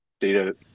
data